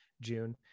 June